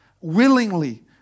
willingly